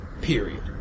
Period